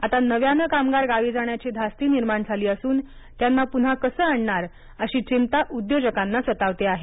आता नव्यानं कामगार गावी जाण्याची धास्ती निर्माण झाली असून त्यांना पुन्हा कसं आणणार अशी चिंता उद्योजकांना सतावते आहे